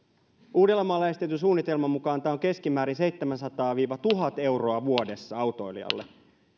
uudellamaalla esitetyn suunnitelman mukaan tämä on keskimäärin seitsemänsataa viiva tuhat euroa vuodessa autoilijalle